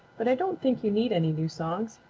but i don't think you need any new songs.